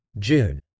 June